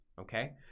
okay